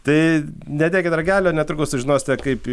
tai nedėkit ragelio netrukus sužinosite kaip